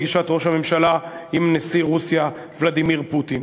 בפגישת ראש הממשלה עם נשיא רוסיה ולדימיר פוטין.